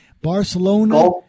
Barcelona